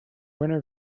winner